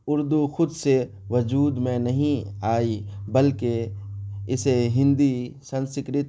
اردو خود سے وجود میں نہیں آئی بلکہ اسے ہندی سنسکرت